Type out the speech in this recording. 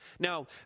Now